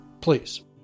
Please